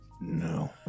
No